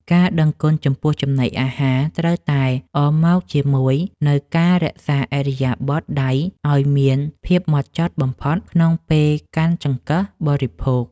ការដឹងគុណចំពោះចំណីអាហារត្រូវតែអមមកជាមួយនូវការរក្សាឥរិយាបថដៃឱ្យមានភាពហ្មត់ចត់បំផុតក្នុងពេលកាន់ចង្កឹះបរិភោគ។